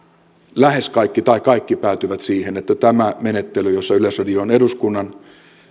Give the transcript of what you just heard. lähes kaikki tai kaikki päätyvät siihen että tämä menettely jossa yleisradio on eduskunnan